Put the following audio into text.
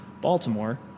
Baltimore